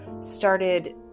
started